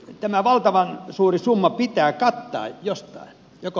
tämä valtavan suuri summa pitää kattaa jostain